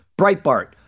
Breitbart